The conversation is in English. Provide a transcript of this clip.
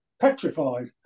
petrified